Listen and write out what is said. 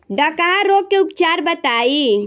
डकहा रोग के उपचार बताई?